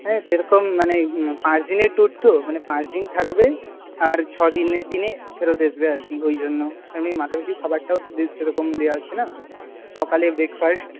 হ্যাঁ সেরকম মানে পাঁচ দিনের ট্যুর তো মানে পাঁচ দিন থাকবে আর ছ দিনের দিনে ফেরত এসবে আর কি ওই জন্য এমনি মাথা পিছু খাবারটাও তো সেরকম দেওয়া হচ্ছে না সকালে ব্রেকফাস্ট